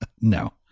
No